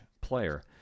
player